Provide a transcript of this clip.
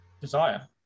desire